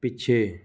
ਪਿੱਛੇ